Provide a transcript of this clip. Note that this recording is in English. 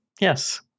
Yes